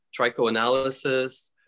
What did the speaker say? trichoanalysis